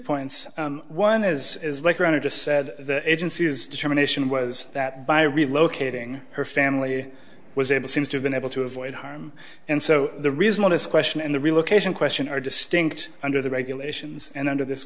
points one is is like around it just said the agency is determination was that by relocating her family was able seems to have been able to avoid home and so the reason why this question and the relocation question are distinct under the regulations and under this